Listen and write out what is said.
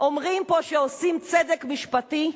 אומרים פה שעושים צדק משפטי.